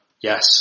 Yes